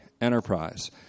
enterprise